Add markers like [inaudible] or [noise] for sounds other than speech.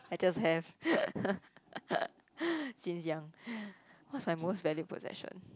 I just have [laughs] since young [breath] what's my most valued possession